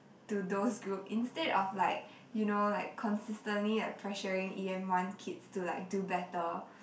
to those group instead of like you know like consistently pressuring e_m one kids to like do better